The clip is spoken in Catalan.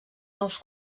nous